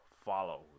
follow